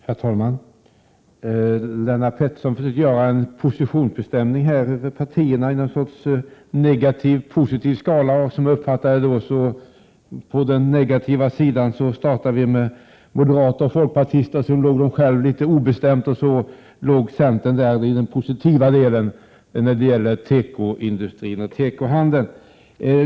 Herr talman! Lennart Pettersson försökte göra en positionsbestämning av partierna i någon sorts negativ-positiv skala. Som jag uppfattade det startar det på den negativa sidan med moderater och folkpartister, sedan ligger socialdemokraterna litet obestämt och så ligger centern på den positiva sidan när det gäller tekoindustrin och tekohandeln.